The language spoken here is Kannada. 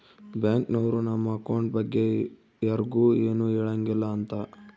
ಬ್ಯಾಂಕ್ ನವ್ರು ನಮ್ ಅಕೌಂಟ್ ಬಗ್ಗೆ ಯರ್ಗು ಎನು ಹೆಳಂಗಿಲ್ಲ ಅಂತ